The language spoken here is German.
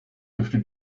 dürfte